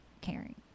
caring